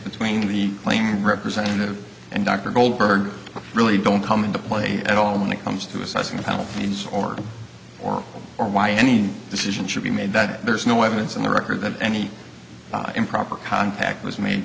between the claimed representative and dr goldberg really don't come into play at all when it comes to assessing the healthiness or or or why any decision should be made that there's no evidence in the record that any improper contact was made